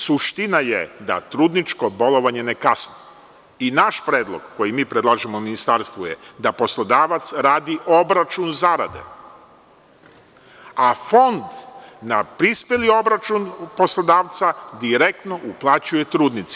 Suština je da trudničko bolovanje ne kasni i naš predlog koji mi predlažemo Ministarstvu je da poslodavac radi obračun zarada, a Fond na prispeli obračun poslodavca direktno uplaćuje trudnici.